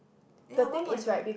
ya one point something